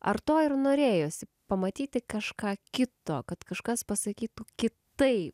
ar to ir norėjosi pamatyti kažką kito kad kažkas pasakytų kitaip